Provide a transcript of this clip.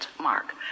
mark